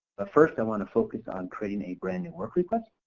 but first i want to focus on creating a brand new work request.